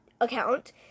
account